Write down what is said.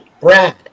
Brad